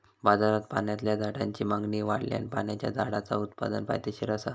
बाजारात पाण्यातल्या झाडांची मागणी वाढल्यान पाण्याच्या झाडांचा उत्पादन फायदेशीर असा